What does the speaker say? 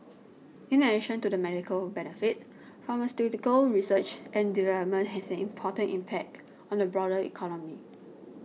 in addition to the medical benefit pharmaceutical research and development has an important impact on the broader economy